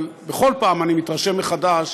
אבל בכל פעם אני מתרשם מחדש